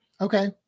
Okay